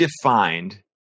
defined